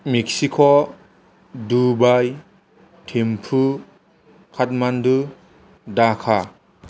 Mexico Dubai Thimphu Kathmandu Dhaka